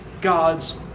God's